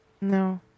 No